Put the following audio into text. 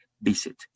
Visit